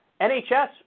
NHS